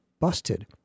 busted